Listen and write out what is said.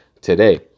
today